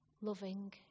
loving